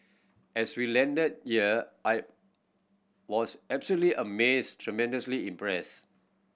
as we landed here I was absolutely amazed tremendously impressed